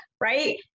right